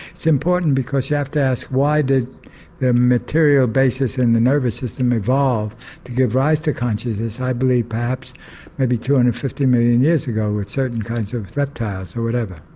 it's important because you have to ask why did the material basis in the nervous system evolve to give rise to consciousness? i believe perhaps maybe two hundred and fifty million years ago with certain kinds of reptiles or whatever.